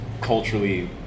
culturally